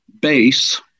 base